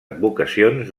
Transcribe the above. advocacions